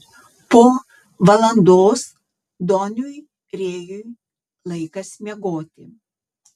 po valandos doniui rėjui laikas miegoti